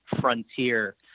frontier